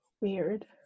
weird